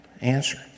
answer